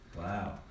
Wow